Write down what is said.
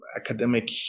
academic